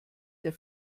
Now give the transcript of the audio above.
der